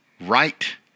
right